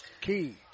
Key